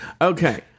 Okay